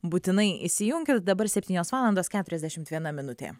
būtinai įsijunkit dabar septynios valandos keturiasdešimt viena minutė